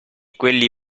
quelli